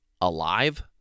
alive